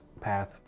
path